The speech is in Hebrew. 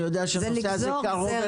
אני יודע שהנושא הזה קרוב אליך,